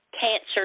cancer